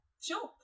sure